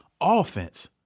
offense